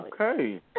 Okay